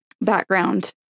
background